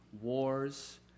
wars